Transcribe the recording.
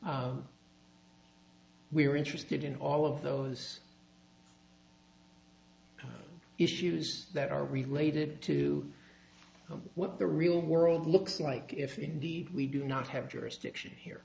accrues we are interested in all of those issues that are related to what the real world looks like if indeed we do not have jurisdiction here